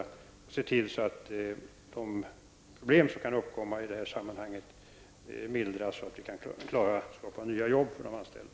Vi skall se till att de problem som kan uppkomma i detta sammanhang mildras, så att vi kan klara av att skapa nya jobb för de anställda.